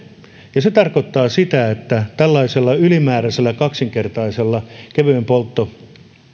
ja se tarkoittaa sitä että tällaisella ylimääräisellä kaksinkertaisella kevyen polttoöljyn